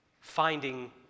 finding